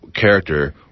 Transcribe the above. character